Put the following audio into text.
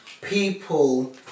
people